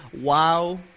wow